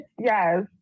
Yes